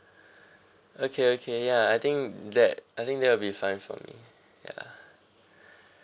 okay okay ya I think that I think that will be fine for me ya